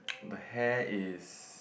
the hair is